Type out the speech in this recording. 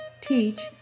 teach